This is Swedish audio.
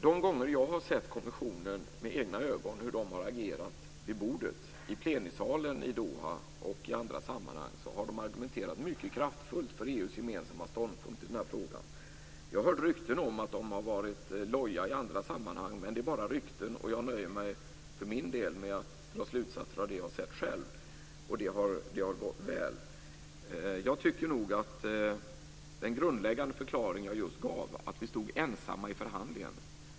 De gånger då jag med egna ögon har sett hur kommissionen agerat i plenisalen i Doha och i andra sammanhang har den agerat mycket kraftfullt för EU:s gemensamma ståndpunkt i den här frågan. Jag har hört rykten om att den har varit lojare i andra sammanhang, men det är bara rykten. Jag nöjer mig för min del med att dra slutsatser av det som jag har sett själv, och det har gått väl. Jag tycker nog att den grundläggande förklaringen just var att vi stod ensamma i förhandlingarna.